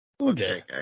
Okay